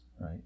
right